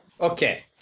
Okay